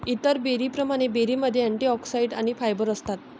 इतर बेरींप्रमाणे, बेरीमध्ये अँटिऑक्सिडंट्स आणि फायबर असतात